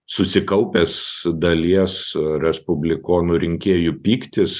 susikaupęs dalies respublikonų rinkėjų pyktis